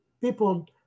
people